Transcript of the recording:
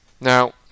Now